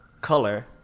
Color